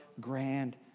grand